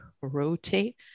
rotate